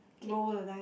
roll the dice